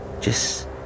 Just